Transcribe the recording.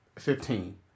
Fifteen